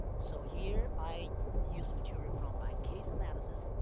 so here i used material from my case analysis.